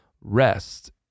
rest